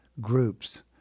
groups